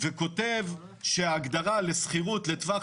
---- וכותב שההגדרה לשכירות לטווח